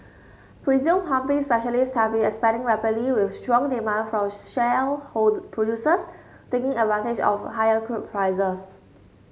pressure pumping specialists have been expanding rapidly with strong demand from shale producers taking advantage of higher crude prices